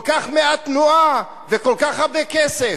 כל כך מעט תנועה וכל כך הרבה כסף.